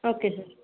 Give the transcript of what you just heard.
okay sir